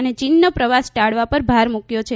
અને ચીનનો પ્રવાસ ટાળવા પર ભાર મૂકાયો છે